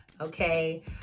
okay